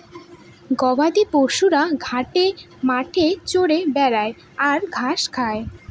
গবাদি পশুরা ঘাটে মাঠে চরে বেড়ায় আর ঘাস খায়